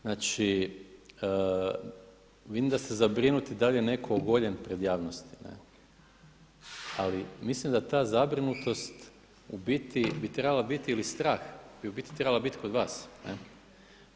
Znači vidim da ste zabrinuti da li je neko ogoljen pred javnosti, ali mislim da ta zabrinutost u biti bi trebala biti ili strah bi u biti trebala biti kod vas, ne.